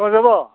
दंजोबो